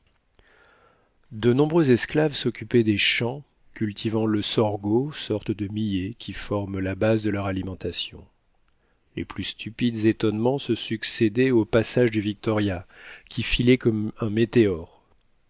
de nombreux esclaves s'occupaient des champs cultivant le sorgho sorte de millet qui forme la base de leur alimentation les plus stupides étonnements se succédaient au passage du victoria qui filait comme un météore